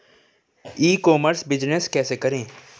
ई commerce business कैसे करें?